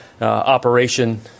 operation